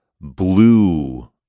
blue